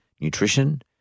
nutrition